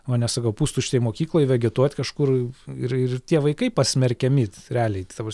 o ne sakau pustuštėj mokykloj vegetuot kažkur ir ir tie vaikai pasmerkiami realiai ta prasme